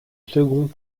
second